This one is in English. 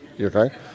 okay